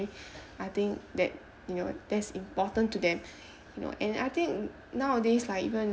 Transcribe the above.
I think that you know that's important to them you know and I think nowadays like even